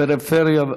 הפריפריה,